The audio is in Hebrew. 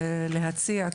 להציע,